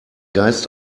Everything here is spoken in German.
geist